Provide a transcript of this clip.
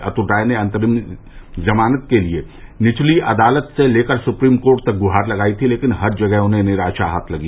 अतुल राय ने अंतरिम जमानत के लिए निचली अदालत से लेकर सुप्रीम कोर्ट तक गुहार लगाई थी लेकिन हर जगह उन्हें निराशा हाथ लगी